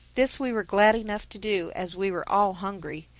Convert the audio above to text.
this we were glad enough to do, as we were all hungry.